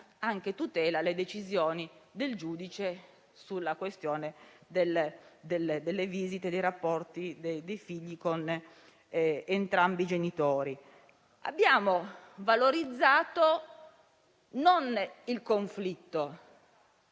tutela alle decisioni del giudice sulla questione delle visite e dei rapporti dei figli con entrambi i genitori. Abbiamo valorizzato non il conflitto,